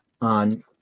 on